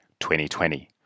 2020